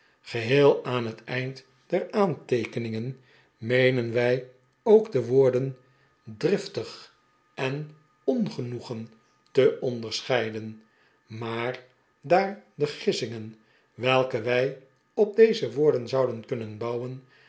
geheel aan het eind der aanteekeningen meenen wij ook de woorden driftig en ongenoegen te onderscheiden maar daar de gissingen welke wij op deze woorden zouden kunnen bouwen